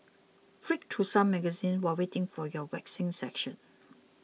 flick through some magazines while waiting for your waxing session